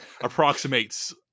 approximates